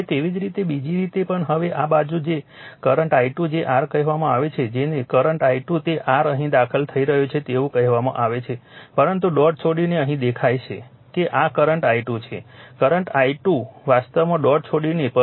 હવે તેવી જ રીતે બીજી રીતે પણ હવે આ બાજુ કે કરંટ i2 જે r કહેવામાં આવે છે જેને કરંટ i2 તે r અહીં દાખલ થઈ રહ્યો છે તેવું કહેવામાં આવે છે પરંતુ ડોટ છોડીને અહીં દેખાશે કે આ કરંટ i2 છે કરંટ i2 વાસ્તવમાં ડોટ છોડીને